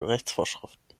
rechtsvorschriften